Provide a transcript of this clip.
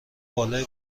بالای